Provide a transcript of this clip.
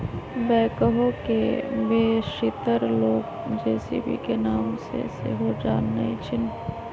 backhoe के बेशीतर लोग जे.सी.बी के नाम से सेहो जानइ छिन्ह